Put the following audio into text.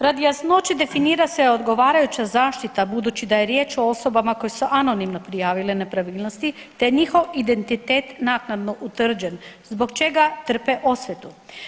Radi jasnoće definira se odgovarajuća zaštita budući da je riječ o osobama koje su anonimno prijavile nepravilnosti te je njihov identitet naknadno utvrđen zbog čega trpe osvetu.